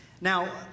Now